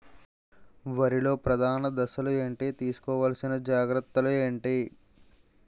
వరిలో ప్రధాన దశలు ఏంటి? తీసుకోవాల్సిన జాగ్రత్తలు ఏంటి?